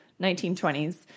1920s